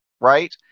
Right